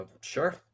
Sure